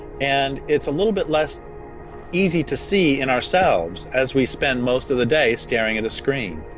and it's a little bit less easy to see in ourselves as we spend most of the day staring at a screen.